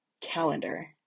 calendar